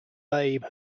babe